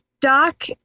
Doc